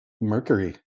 Mercury